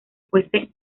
fuese